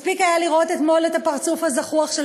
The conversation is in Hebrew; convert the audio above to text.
מספיק היה לראות אתמול את הפרצוף הזחוח של